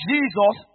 Jesus